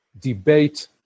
debate